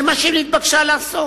זה מה שהיא נתבקשה לעשות.